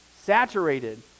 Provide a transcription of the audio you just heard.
Saturated